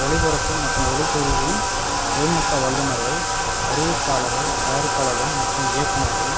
ஒளிபரப்பு மற்றும் ஒளிப்பதிவில் தொழில் நுட்ப வல்லுநர்கள் அறிவிப்பாளர்கள் தயாரிப்பாளர்கள் மற்றும் இயக்குனர்கள்